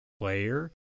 player